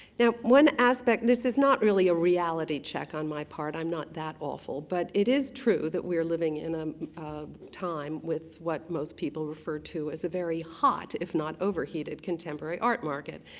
now one aspect, this is not really a reality check on my part, i'm not that awful, but it is true that we're living in a time with what most people refer to as a very hot if not overheated contemporary art market.